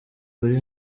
bari